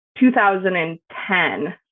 2010